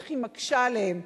איך היא מקשה עליהם,